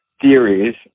theories